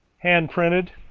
handprinted.